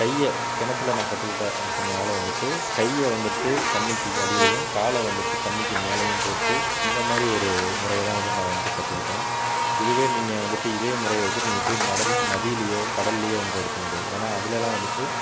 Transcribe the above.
கையை கிணத்துல நான் கற்றுக்கிட்டேன் அப்புடினால வந்துவிட்டு கையை வந்துவிட்டு தண்ணிக்கு அடியிலேயும் காலை வந்துவிட்டு தண்ணிக்கு மேலையும் போட்டு இந்த மாதிரி ஒரு முறையை தான் வந்துவிட்டு நான் வந்துவிட்டு கற்றுக்கிட்டேன் இதுவே நீங்கள் வந்துவிட்டு இதே முறையை வெச்சிட்டு நீங்கள் போய் நடல் நதியிலேயோ கடல்லேயோ வந்துவிட்டு அடிச்சிட முடியாது ஏன்னா அதிலலாம் வந்துவிட்டு